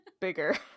bigger